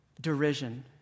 derision